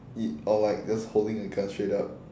it or like just holding a gun straight up